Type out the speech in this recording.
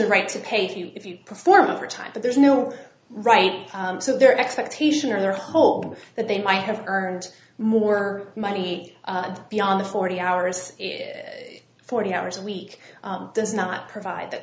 a right to pay for you if you perform overtime but there's no right so their expectation or their hold that they might have earned more money beyond the forty hours forty hours a week does not provide th